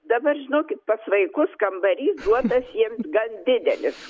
dabar žinokit pas vaikus kambarys duotas jiems gan didelis